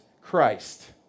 Christ